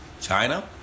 China